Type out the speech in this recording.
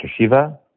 Shiva